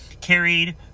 carried